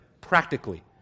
practically